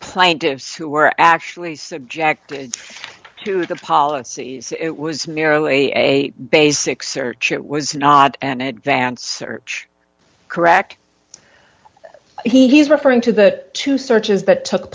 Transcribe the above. plaintiffs who are actually subject to the policies it was merely a basic search it was not an advanced search correct he's referring to the two searches that took